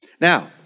Now